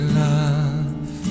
love